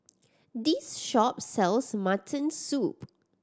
this shop sells mutton soup